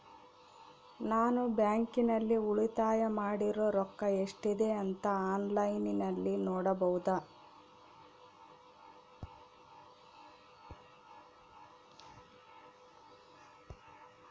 ನಾನು ಬ್ಯಾಂಕಿನಲ್ಲಿ ಉಳಿತಾಯ ಮಾಡಿರೋ ರೊಕ್ಕ ಎಷ್ಟಿದೆ ಅಂತಾ ಆನ್ಲೈನಿನಲ್ಲಿ ನೋಡಬಹುದಾ?